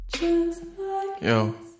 Yo